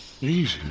easy